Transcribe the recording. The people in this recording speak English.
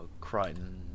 Crichton